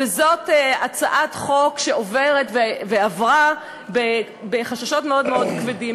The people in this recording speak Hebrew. וזאת הצעת חוק שעוברת ועברה בחששות מאוד מאוד כבדים,